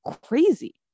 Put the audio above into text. crazy